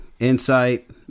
insight